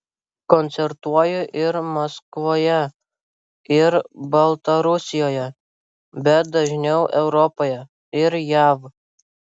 koncertuoju ir maskvoje ir baltarusijoje bet dažniau europoje ir jav